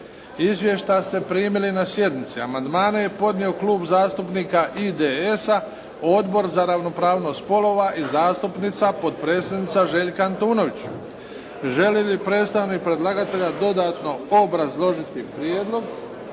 Izvješća ste primili na sjednici. Amandmane je podnio Klub zastupnika IDS-a, Odbor za ravnopravnost spolova i zastupnica, potpredsjednica Željka Antunović. Želi li predstavnik predlagatelja dodatno obrazložiti prijedlog?